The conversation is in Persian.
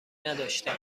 نداشتم